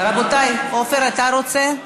עפר, אתה רוצה?